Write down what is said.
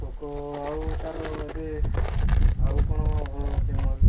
Poco ଆଉ ତାର ଏବେ ଆଉ କ'ଣ କ'ଣ ଭଲ ଅଛି ମୋବାଇଲ୍